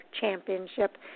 Championship